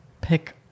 pick